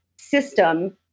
system